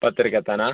പത്തരയ്ക്കെത്താനാണോ